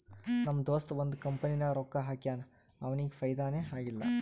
ನಮ್ ದೋಸ್ತ ಒಂದ್ ಕಂಪನಿನಾಗ್ ರೊಕ್ಕಾ ಹಾಕ್ಯಾನ್ ಅವ್ನಿಗ ಫೈದಾನೇ ಆಗಿಲ್ಲ